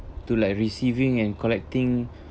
to like receiving and collecting